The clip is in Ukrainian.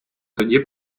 тоді